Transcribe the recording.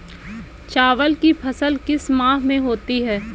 चावल की फसल किस माह में होती है?